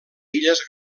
illes